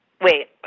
Wait